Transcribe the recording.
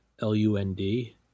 L-U-N-D